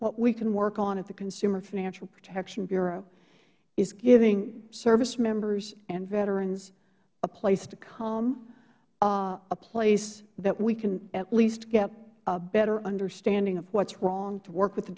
what we can work on at the consumer financial protection bureau is giving servicemembers and veterans a place to come a place that we can at least get a better understanding of what's wrong to work with the